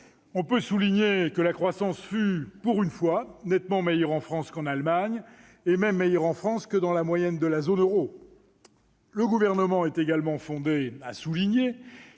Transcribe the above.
On peut souligner que la croissance a été, pour une fois, nettement meilleure en France qu'en Allemagne, et même supérieur à la moyenne de la zone euro. Le Gouvernement est également fondé à souligner